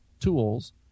tools